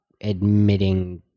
admitting